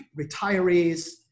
retirees